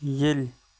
ییٚلہِ